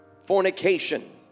Fornication